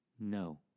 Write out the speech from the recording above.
No